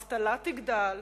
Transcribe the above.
האבטלה תגדל,